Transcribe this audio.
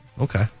Okay